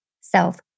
self